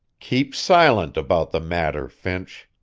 keep silent about the matter, finch.